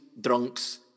drunks